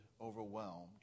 overwhelmed